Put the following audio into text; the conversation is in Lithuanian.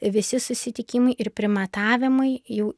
visi susitikimai ir primatavimai jau